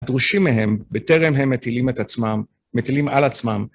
דרושים מהם, בטרם הם מטילים את עצמם, מטילים על עצמם.